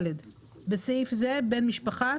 בסעיף זה - "בן משפחה"